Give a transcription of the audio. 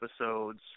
episodes